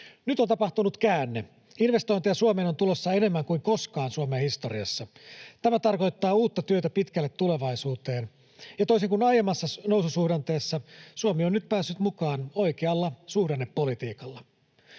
Nyt on tapahtunut käänne. Investointeja Suomeen on tulossa enemmän kuin koskaan Suomen historiassa. Tämä tarkoittaa uutta työtä pitkälle tulevaisuuteen. Ja toisin kuin aiemmassa noususuhdanteessa, Suomi on nyt päässyt mukaan oikealla suhdannepolitiikalla.